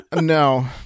No